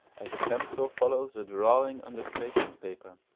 as the pencil follows a drawing under tracing-paper,